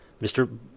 Mr